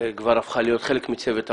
כבר הפכה להיות חלק מצוות ההוראה.